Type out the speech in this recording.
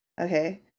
Okay